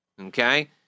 okay